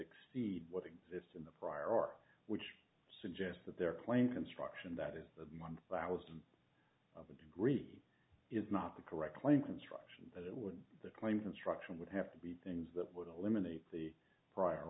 exceed what exists in the prior art which suggests that their claim construction that is the one thousand degree is not the correct claim construction as it would claim construction would have to be things that would eliminate the prior